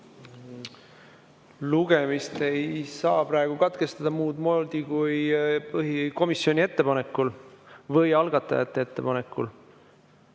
Lugemist ei saa praegu katkestada muud moodi kui põhikomisjoni ettepanekul või algatajate ettepanekul.